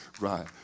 right